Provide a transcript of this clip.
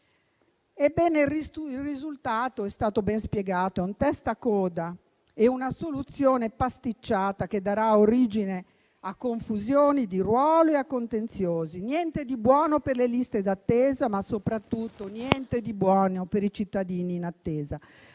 Ebbene, il risultato è stato ben spiegato: è un testacoda e una soluzione pasticciata, che darà origine a confusioni di ruolo e a contenziosi. Niente di buono per le liste d'attesa, ma soprattutto per i cittadini in attesa.